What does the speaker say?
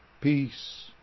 peace